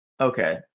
Okay